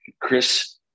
Chris